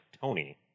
Tony